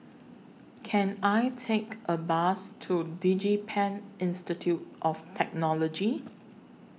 Can I Take A Bus to Digipen Institute of Technology